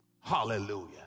hallelujah